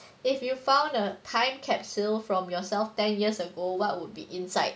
if you found a time capsule from yourself ten years ago what would be inside